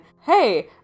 hey